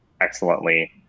excellently